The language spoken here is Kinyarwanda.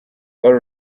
all